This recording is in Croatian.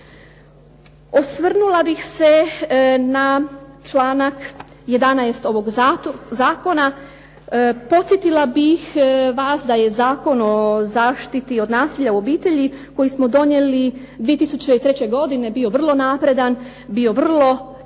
Osvrnula bih se na članak 11. ovog Zakona, podsjetila bih vas da je Zakon o zaštiti od nasilja u obitelji koji smo donijeli 2003. godine bio vrlo napredan, bio vrlo inovativan